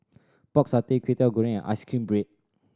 Pork Satay Kway Teow Goreng ice cream bread